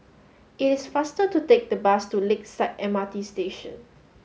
it is faster to take the bus to Lakeside M R T Station